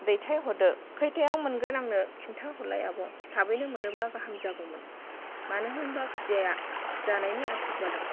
दैथाइ हरदो खैथायाव मोनगोन आंनो खिन्था हरलाय आब' थाबैनो मोनोब्ला गाहाम जागौमोन मानो होनबा खुदियाया जानायनि आथुर जादों